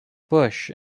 bush